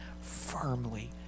firmly